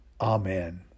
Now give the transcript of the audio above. Amen